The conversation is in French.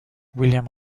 william